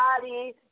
body